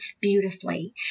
beautifully